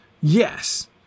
yes